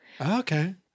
Okay